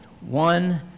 one